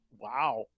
wow